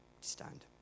stand